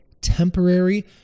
temporary